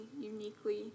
uniquely